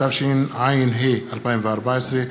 התשע"ה 2014,